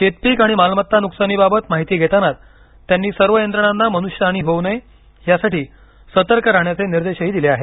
शेतपिक आणि मालमत्ता नुकसानीबाबत माहिती घेतानाच त्यांनी सर्व यंत्रणांना मनुष्यहानी होऊ नये यासाठी सतर्क राहण्याचे निर्देशही दिले आहेत